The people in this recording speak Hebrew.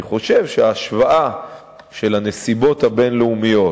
אני חושב שההשוואה של הנסיבות הבין-לאומיות,